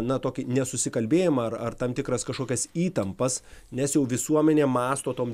na tokį nesusikalbėjimą ar ar tam tikras kažkokias įtampas nes jau visuomenė mąsto tom